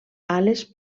ales